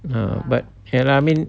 err but ya lah I mean